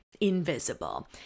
invisible